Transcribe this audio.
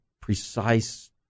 precise